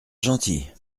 gentil